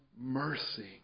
mercy